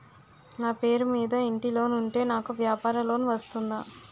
నా పేరు మీద ఇంటి లోన్ ఉంటే నాకు వ్యాపార లోన్ వస్తుందా?